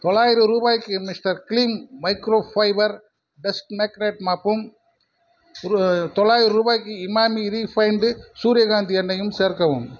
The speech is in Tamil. தொள்ளாயிரம் ரூபாய்க்கு mister clean microfiber dust magnet மாப்பும் ஒரு தொள்ளாயிரம் ரூபாய்க்கு இமாமி ரீஃபைண்டு சூரியகாந்தி எண்ணெய்யும் சேர்க்கவும்